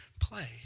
play